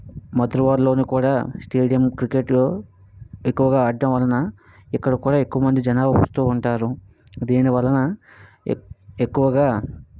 అదేవిధంగా మధురవాడలోని కూడా స్టేడియం క్రికెట్లో ఎక్కువగా ఆడటం వలన ఇక్కడికి కూడా ఎక్కువ మంది జనాలు వస్తూ ఉంటారు దీని వలన ఎక్ ఎక్కువగా